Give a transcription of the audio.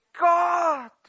God